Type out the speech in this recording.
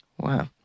Wow